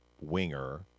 winger